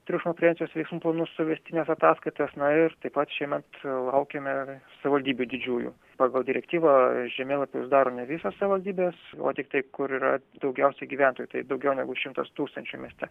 triukšmo prevencijos veiksmų planus suvestines ataskaitas na ir taip pat šiemet laukiame savivaldybių didžiųjų pagal direktyvą žemėlapius daro ne visos savivaldybės o tiktai kur yra daugiausiai gyventojų tai daugiau negu šimtas tūkstančių mieste